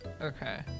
Okay